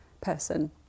person